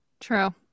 True